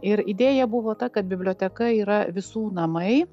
ir idėja buvo ta kad biblioteka yra visų namai